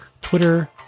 Twitter